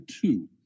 two